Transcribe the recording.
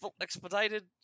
Expedited